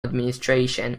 administration